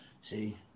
See